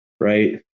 right